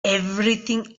everything